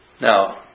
Now